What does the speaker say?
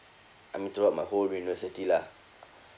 I mean throughout my whole university lah